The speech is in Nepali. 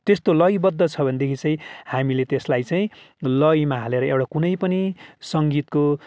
त्यस्तो लयबद्ध छ भनेदेखि चाहिँ हामीले त्यसलाई चाहिँ लयमा हालेर एउटा कुनै पनि सङ्गीतको